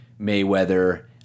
Mayweather